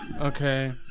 Okay